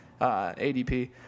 ADP